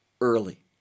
early